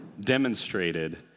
demonstrated